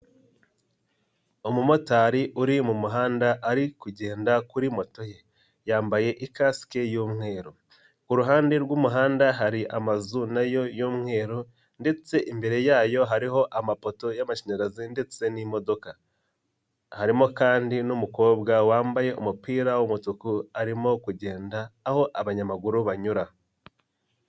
Umumotari uri mu muhanda ari kugenda kuri moto ye yambaye ikasike y'umweru, kuruhande rw'umuhanda hari amazu nayo y'umweru ndetse imbere yayo hariho amapoto y'amashanyarazi ndetse n'imodoka, harimo kandi n'umukobwa wambaye umupira w'umutuku arimo kugenda aho abanyamaguru banyura.